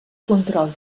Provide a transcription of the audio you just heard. control